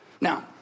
Now